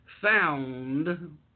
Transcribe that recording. found